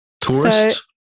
Tourist